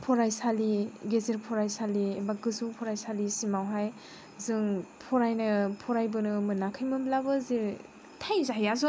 गेजेर फरायसालि एबा गोजौ फरायसालिसिमावहाय जों फरायबोनो मोनाखैमोनब्लाबो जों थै जाहैयासै